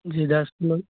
जी दस किलो